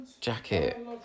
jacket